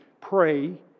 pray